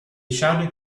shouted